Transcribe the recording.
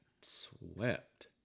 swept